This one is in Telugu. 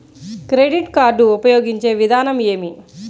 క్రెడిట్ కార్డు ఉపయోగించే విధానం ఏమి?